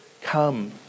Come